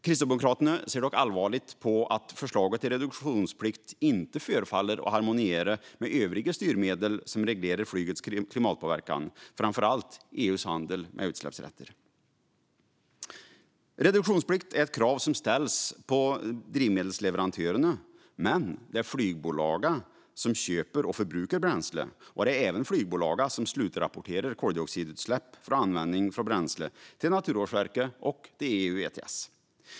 Kristdemokraterna ser dock allvarligt på att förslaget till reduktionsplikt inte förefaller att harmoniera med övriga styrmedel som reglerar flygets klimatpåverkan, framför allt EU:s handel med utsläppsrätter. Reduktionsplikt är ett krav som ställs på drivmedelsleverantörerna, men det är flygbolagen som köper och förbrukar bränslet, och det är även flygbolagen som slutrapporterar koldioxidutsläpp från användning av bränslet till Naturvårdsverket och EU ETS.